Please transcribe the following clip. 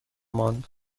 ماند